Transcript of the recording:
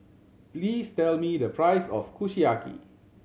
please tell me the price of Kushiyaki